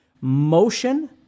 motion